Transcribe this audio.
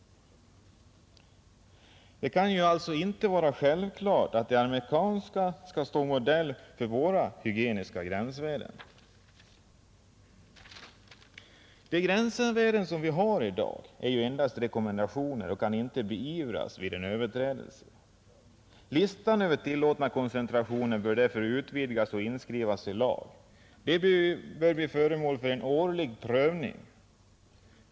Det kan alltså inte vara självklart att de amerikanska hygieniska gränsvärdena skall stå modell för våra. De gränsvärden som vi i dag har är endast rekommendationer och kan inte beivras vid en överträdelse. Listan över tillåtna koncentrationer bör därför utvidgas och inskrivas i lag. Den bör bli föremål för en årlig prövning.